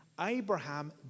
Abraham